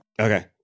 Okay